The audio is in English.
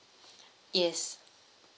yes